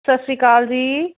ਸਤਿ ਸ੍ਰੀ ਅਕਾਲ ਜੀ